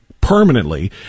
permanently